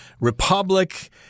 republic